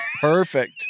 Perfect